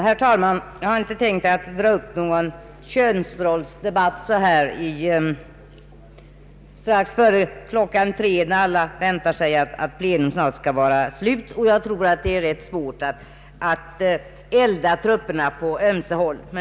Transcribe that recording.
Herr talman! Jag har inte tänkt dra i gång någon könsrollsdebatt så här strax före klockan 15 då alla väntar sig att plenum snart skall vara slut. Jag tror också att det är ganska svårt att elda trupperna på ömse håll.